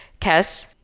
Kes